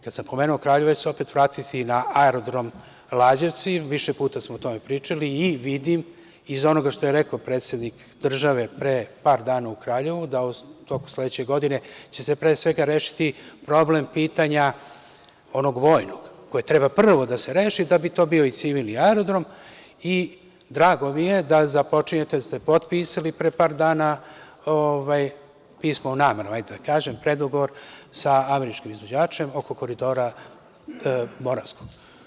Kada sam pomenuo Kraljevo, opet ću se vratiti na aerodrom Lađevci, više puta smo o tome pričali i vidim iz onoga što je rekao predsednik države pre par dana u Kraljevu, da će se u toku sledeće godine pre svega rešiti problem pitanja onog vojnog, koje treba prvo da se reši da bi to bio i civilni aerodrom i drago mi je da započinjete, da ste potpisali pre dva dana pismo o namerama, da kažem tako, predugovor sa američkim izvođačem oko Koridora moravskog.